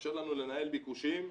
מאפשר לנו לנהל ביקושים,